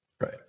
right